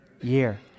year